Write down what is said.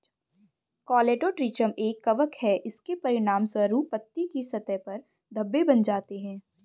Colletotrichum एक कवक है, इसके परिणामस्वरूप पत्ती की सतह पर धब्बे बन जाते हैं